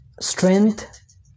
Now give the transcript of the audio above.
strength